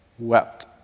wept